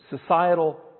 societal